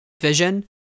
vision